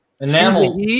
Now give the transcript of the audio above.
Enamel